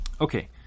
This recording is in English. Okay